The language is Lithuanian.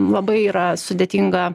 labai yra sudėtinga